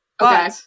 okay